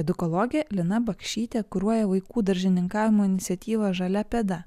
edukologė lina bakšytė kuruoja vaikų daržininkavimo iniciatyvą žalia pėda